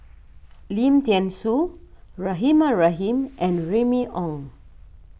Lim thean Soo Rahimah Rahim and Remy Ong